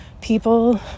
people